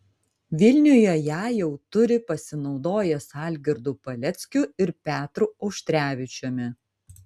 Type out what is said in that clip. vilniuje ją jau turi pasinaudojęs algirdu paleckiu ir petru auštrevičiumi